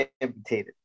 amputated